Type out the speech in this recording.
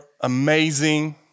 amazing